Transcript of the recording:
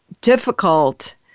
difficult